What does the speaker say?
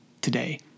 today